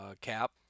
cap